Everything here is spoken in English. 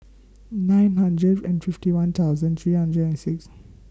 nine hundred and fifty one thousand three hundred and six